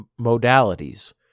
modalities